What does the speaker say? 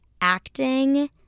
acting